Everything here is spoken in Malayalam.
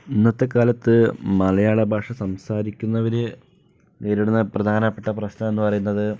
ഇന്നത്തെ കാലത്ത് മലയാള ഭാഷ സംസാരിക്കുന്നവര് നേരിടുന്ന പ്രധാനപെട്ട പ്രശ്നം എന്ന് പറയുന്നത്